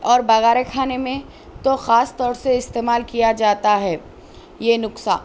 اور بگھارہ کھانے میں تو خاص طور سے استعمال کیا جاتا ہے یہ نسخہ